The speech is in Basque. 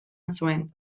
zuen